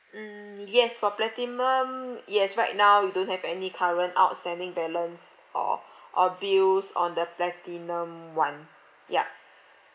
mm yes for platinum yes right now you don't have any current outstanding balance or or bills on the platinum one yup